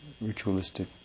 ritualistic